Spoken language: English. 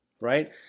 Right